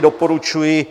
Doporučuji.